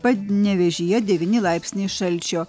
panevėžyje devyni laipsniai šalčio